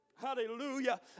Hallelujah